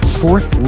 fourth